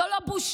זו לא בושה.